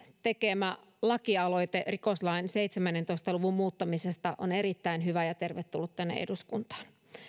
tekemä lakialoite rikoslain seitsemäntoista luvun muuttamisesta on erittäin hyvä ja tervetullut tänne eduskuntaan